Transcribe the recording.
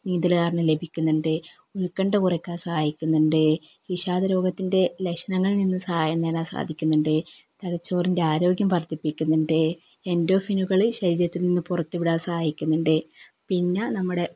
നീന്തൽ കാരണം ലഭിക്കുന്നുണ്ട് ഉൽകണ്ഠ കുറയ്ക്കാൻ സഹായിക്കുന്നുണ്ട് വിഷാദ രോഗത്തിൻ്റെ ലക്ഷണങ്ങളിൽ നിന്ന് സഹായം നേടാൻ സാധിക്കുന്നുണ്ട് തലച്ചോറിൻ്റെ ആരോഗ്യം വർദ്ധിപ്പിക്കുന്നുണ്ട് എൻറ്റോഫിനുകൾ ശരീരത്തിൽ നിന്ന് പുറത്ത് വിടാൻ സഹായിക്കുന്നുണ്ട് പിന്നെ നമ്മുടെ